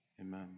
Amen